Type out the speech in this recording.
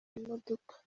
imodoka